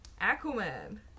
Aquaman